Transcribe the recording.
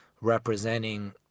representing